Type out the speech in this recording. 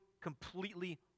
completely